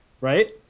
right